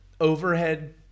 overhead